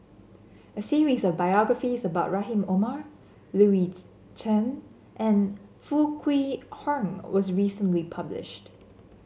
a series of biographies about Rahim Omar Louis Chen and Foo Kwee Horng was recently published